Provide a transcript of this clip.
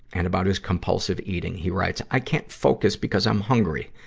and about his compulsive eating, he writes, i can't focus because i'm hungry.